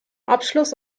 abschluss